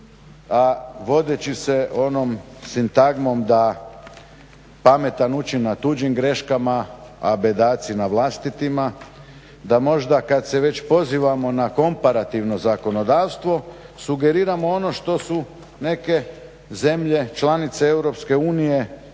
ću vodeći se onom sintagmom da pametan ući na tuđim greškama a bedaci na vlastitima, da možda kada se već pozivamo na komparativno zakonodavstvo sugeriramo ono što su neke zemlje članice Europske unije